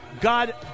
God